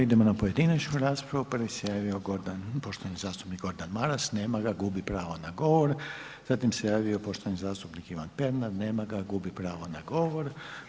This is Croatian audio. Idemo na pojedinačnu raspravu, prvi se javio poštovani zastupnik Gordan Maras, nema ga, gubi pravo na govor, zatim se javio poštovani zastupnik Ivan Pernar, nema ga, gubi pravo na govor.